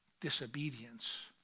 disobedience